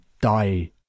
die